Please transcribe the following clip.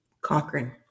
Cochrane